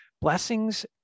Blessings